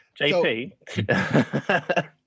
JP